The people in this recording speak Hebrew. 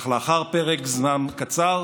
אך לאחר פרק זמן קצר